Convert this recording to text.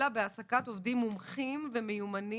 אלא על העסקת עובדים מומחים ומיומנים